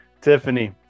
Tiffany